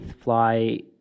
Fly